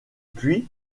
puis